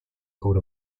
coat